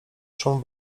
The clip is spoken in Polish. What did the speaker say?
szum